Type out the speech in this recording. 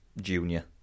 Junior